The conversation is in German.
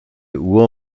uhr